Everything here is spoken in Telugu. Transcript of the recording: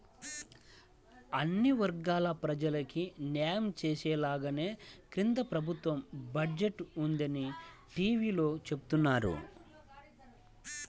అన్ని వర్గాల ప్రజలకీ న్యాయం చేసేలాగానే కేంద్ర ప్రభుత్వ బడ్జెట్ ఉందని టీవీలో చెబుతున్నారు